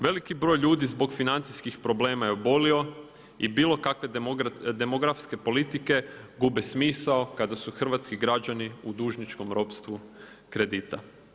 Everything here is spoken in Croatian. Veliki broj ljudi zbog financijskih problema je obolio i bilo kakve demografske politike gube smisao kada su hrvatski građani u dužničkom ropstvu kredita.